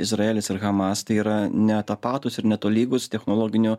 izraelis ir hamas tai yra ne tapatūs ir netolygūs technologiniu